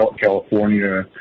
California